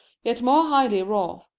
yet more highly wrought,